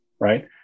right